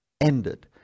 ended